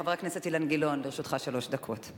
חבר הכנסת אילן גילאון, לרשותך שלוש דקות.